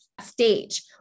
stage